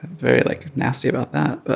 very, like, nasty about that. but